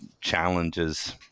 challenges